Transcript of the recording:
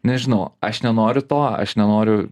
nežinau aš nenoriu to aš nenoriu